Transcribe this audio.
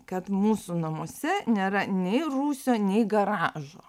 kad mūsų namuose nėra nei rūsio nei garažo